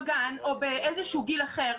בגן או באיזשהו גיל אחר,